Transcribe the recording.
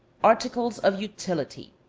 articles of utility.